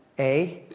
a,